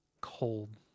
cold